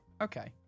Okay